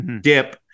dip